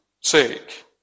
sake